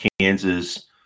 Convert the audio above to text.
Kansas